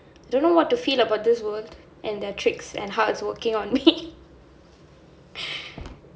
don't know what to feel about this world and their tricks and how it's working on me